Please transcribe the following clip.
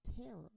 terror